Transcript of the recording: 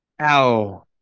Ow